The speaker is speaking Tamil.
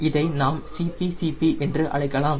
இதை நாம் CPCP என்று அழைக்கலாம்